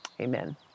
Amen